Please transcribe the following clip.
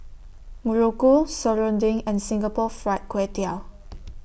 Muruku Serunding and Singapore Fried Kway Tiao